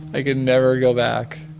i can never go back